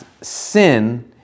sin